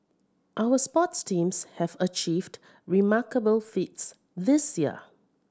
our sports teams have achieved remarkable feats this year